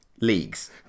leagues